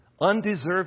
undeserved